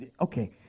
okay